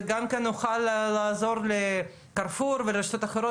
זה גם כן יוכל לעזור ל'קרפור' ולרשתות אחרות